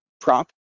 prop